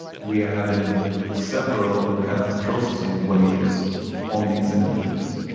we are having several kind of processing ways on these images.